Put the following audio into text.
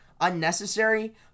unnecessary